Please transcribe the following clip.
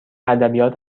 ادبیات